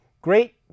Great